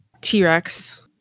T-Rex